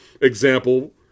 example